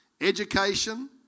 education